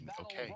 okay